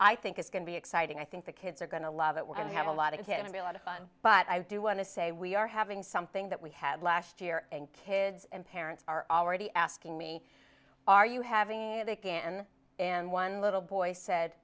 i think it's going to be exciting i think the kids are going to love it we're going to have a lot of him a lot of fun but i do want to say we are having something that we had last year and kids and parents are already asking me are you having a can and one little boy said